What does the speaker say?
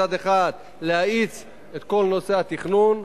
מצד אחד להאיץ את כל נושא התכנון,